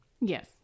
Yes